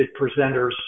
presenters